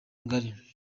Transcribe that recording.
ngari